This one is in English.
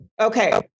Okay